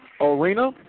Arena